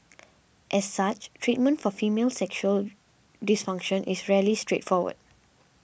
as such treatment for female sexual dysfunction is rarely straightforward